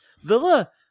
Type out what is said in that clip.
Villa